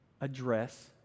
address